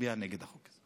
נצביע נגד החוק הזה.